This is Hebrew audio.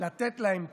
לתת להם תקווה,